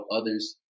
others